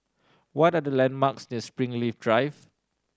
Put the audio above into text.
what are the landmarks near Springleaf Drive